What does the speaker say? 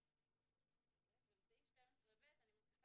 12(ב), ובסעיף 12(ב) אני מוסיפה